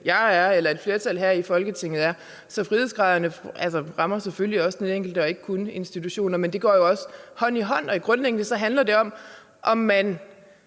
jeg er eller et flertal her i Folketinget er. Så frihedsgraderne rammer selvfølgelig også den enkelte og ikke kun institutionerne, men de ting går jo også hånd i hånd. Og grundlæggende handler det om, om man